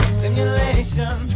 simulation